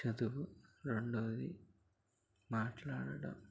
చదువు రెండోది మాట్లాడడం